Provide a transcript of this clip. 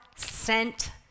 sent